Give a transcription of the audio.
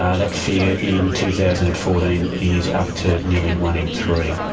ah that figure in two thousand and fourteen is up to nearly one in three.